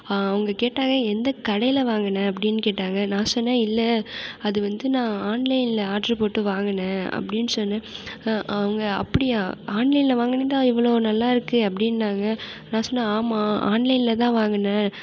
அவங்க கேட்டாங்க எந்த கடையில் வாங்கின அப்டின்னு கேட்டாங்க நான் சொன்னேன் இல்லை அது வந்து நான் ஆன்லைனில் ஆர்டர் போட்டு வாங்கின அப்டின்னு சொன்னேன் அவங்க அப்படியா ஆன்லைனில் வாங்கினதா இவ்வளோ நல்லாயிருக்கு அப்படின்னாங்க நான் சொன்னேன் ஆமாம் ஆன்லைனில் தான் வாங்கின